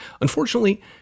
Unfortunately